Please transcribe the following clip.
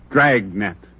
Dragnet